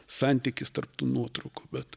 santykis tarp tų nuotraukų bet